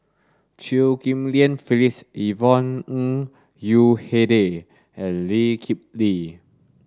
Chew Ghim Lian Phyllis Yvonne Ng Uhde and Lee Kip Lee